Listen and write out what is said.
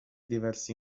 diversi